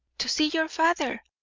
to see your father.